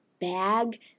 bag